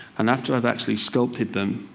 and after i've actually sculpted them,